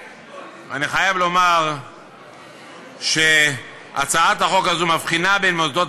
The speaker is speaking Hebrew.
חייב לומר שהצעת החוק הזו מבחינה בין מוסדות